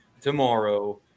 tomorrow